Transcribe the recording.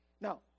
Now